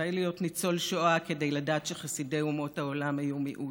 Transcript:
די להיות ניצול שואה כדי לדעת שחסידי אומות העולם היו מיעוט,